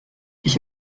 ich